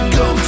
go